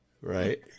right